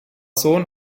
sohn